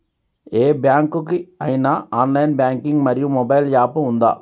ఏ bank కి ఐనా online banking మరియు మొబైల్ యాప్ ఉందా?